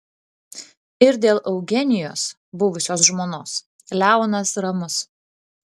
ir dėl eugenijos buvusios žmonos leonas ramus